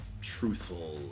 truthful